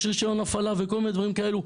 יש רישיון הפעלה וכל מיני דברים כאלו.